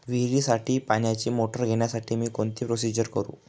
विहिरीसाठी पाण्याची मोटर घेण्यासाठी मी कोणती प्रोसिजर करु?